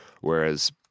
whereas